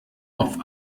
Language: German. auf